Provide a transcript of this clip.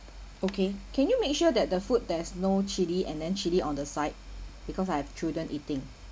okay can you make sure that the food there's no chilli and then chilli on the side because I have children eating